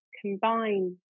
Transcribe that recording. combine